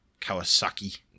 Kawasaki